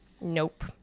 Nope